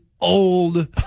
old